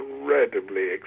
incredibly